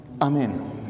Amen